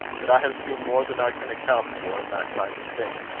that i have seen more than i can account for, in that kind of thing.